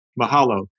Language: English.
Mahalo